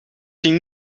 ging